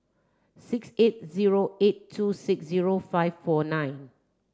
six eight zero eight two six zero five four nine